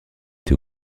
été